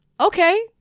okay